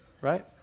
right